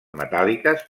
metàl·liques